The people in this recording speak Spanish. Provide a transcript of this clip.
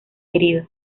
herido